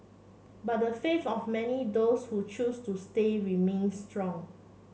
but the of many those who chose to say remains strong